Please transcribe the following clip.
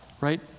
Right